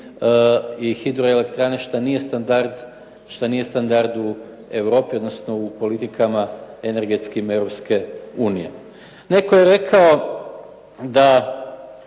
i hidroelektrane što nije standard u Europi, odnosno u politikama energetskim Europske unije. Netko je rekao da